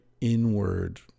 inward